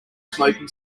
smoking